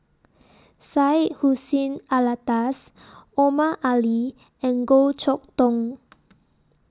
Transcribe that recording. Syed Hussein Alatas Omar Ali and Goh Chok Tong